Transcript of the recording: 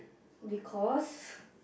because